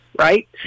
Right